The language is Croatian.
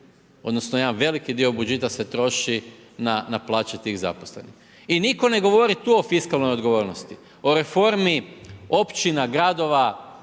odnosno, jedan veliki dio budžeta se troši na plaće tih zaposlenih. I nitko ne govori tu o fiskalnoj odgovornosti. O reformi, općina, gradova,